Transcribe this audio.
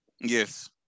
Yes